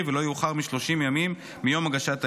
ולא יאוחר מ-30 ימים מיום הגשת הערעור.